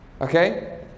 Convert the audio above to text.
okay